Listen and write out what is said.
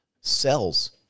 cells